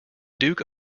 duke